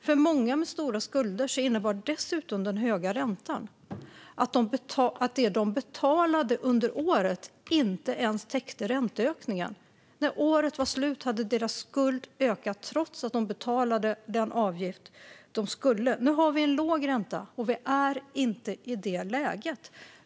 För många med stora skulder innebar dessutom den höga räntan att det som de betalade under året inte ens täckte ränteökningen. När året var slut hade deras skuld ökat, trots att de betalade den avgift som de skulle. Nu har vi en låg ränta och är inte i det läget.